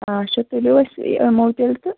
آچھا تُلِو أسۍ یِمو تیٚلہِ تہٕ